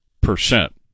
percent